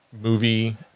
movie